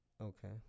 Okay